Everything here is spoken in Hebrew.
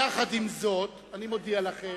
יחד עם זאת אני מודיע לכם: